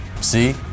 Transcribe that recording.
See